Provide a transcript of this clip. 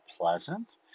pleasant